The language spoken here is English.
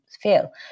feel